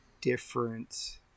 different